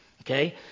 okay